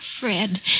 Fred